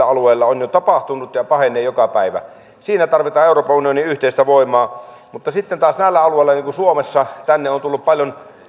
alueilla on jo tapahtunut ja pahenee joka päivä siinä tarvitaan euroopan unionin yhteistä voimaa mutta sitten taas näillä alueilla niin kuin suomessa tänne on tullut paljon